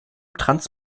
trans